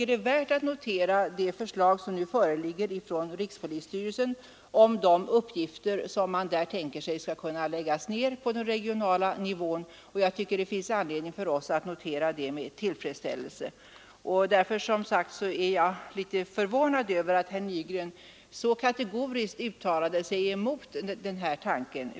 Det är värt att notera det förslag som nu föreligger från rikspolisstyrelsen om de uppgifter som man där tänker sig skall kunna flyttas ner till den regionala nivån. Det finns anledning att notera det med tillfredsställelse. Därför är jag litet förvånad över att herr Nygren så kategoriskt uttalade sig emot den här tanken.